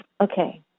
Okay